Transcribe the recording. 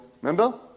Remember